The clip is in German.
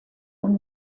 und